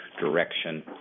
direction